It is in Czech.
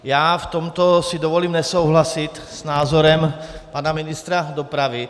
V tomto si dovolím nesouhlasit s názorem pana ministra dopravy.